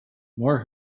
more